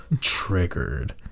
Triggered